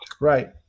Right